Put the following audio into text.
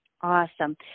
Awesome